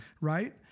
right